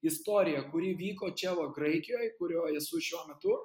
istoriją kuri vyko čia va graikijoj kurioj esu šiuo metu